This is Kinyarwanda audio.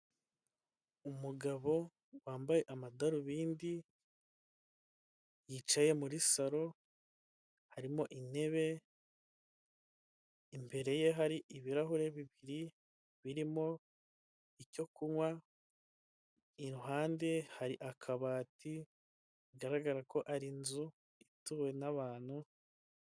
Umugabo wambaye amadarubindi yicaye muri salo harimo intebe imbere ye hari ibirahure bibiri birimo icyo kunywa iruhande hari akabati bigaragara ko ari inzu ituwe n'abantu.